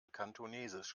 kantonesisch